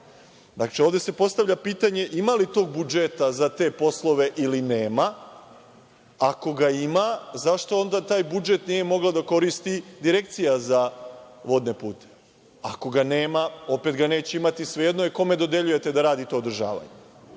Znači, ovde se postavlja pitanje – ima li tog budžeta za te poslove ili nema? Ako ga ima, zašto onda taj budžet nije mogla da ko-risti Direkcija za vodne puteve. Ako ga nema, opet ga neće imati i svejedno je kome do-deljujete da radi to održavanje.